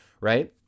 right